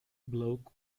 bloke